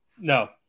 No